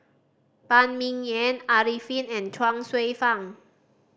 Phan Ming Yen Arifin and Chuang Hsueh Fang